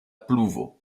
pluvo